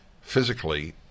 physically